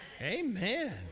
Amen